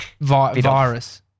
virus